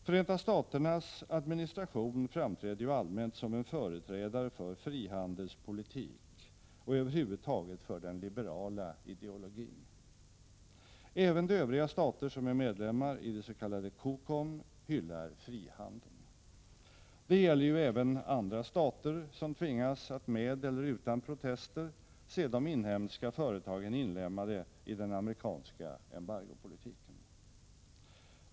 Förenta Staternas administration framträder ju allmänt som en företrädare för frihandelspolitik och över huvud taget för den liberala ideologin. Även de övriga stater som är medlemmar i det s.k. COCOM hyllar frihandeln. Det gäller ju även andra stater, som tvingas att med eller utan protester se de inhemska företagen inlemmade i den amerikanska embargopolitiken.